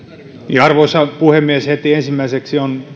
arvoisa puhemies heti ensimmäiseksi on